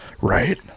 right